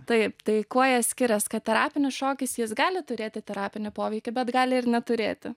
taip tai kuo jie skirias kad terapinis šokis jis gali turėti terapinį poveikį bet gali ir neturėti